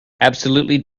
absolutely